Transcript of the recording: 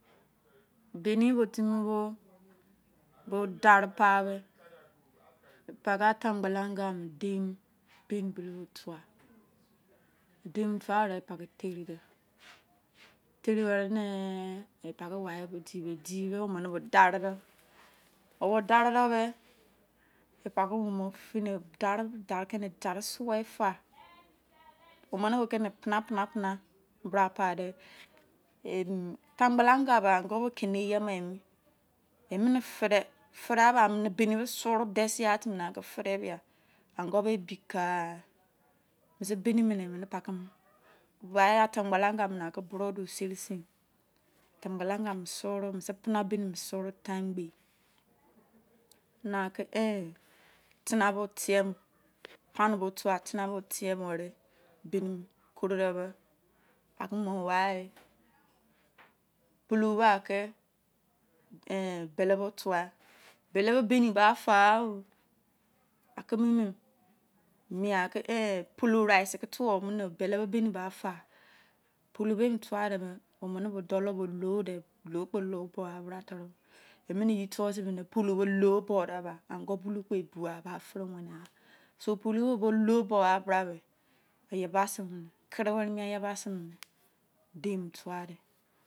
Biu bo timi bo tairu parde atagbalaga dimo bini tua teri dei dini pari the obo dein de beh dari suo far omene be pene pene pade alagbala sa yo keme yo lea me fei fe be biri bo suro me fei fe de be biri bo suro an go ke bih ka-a misi bini meh ata gbalq ga buro do seni si afa gbala ga suro brin saw tangbe edina mo tamo paimu tei mo brin korode pua lo my bale tua bow bar fa oh pulo nice ke tuo mene bini ba fai pulo be tiq den me omene dolo bo lei dele o mene ye fuo pulo low bo de ba an go bulo bo bua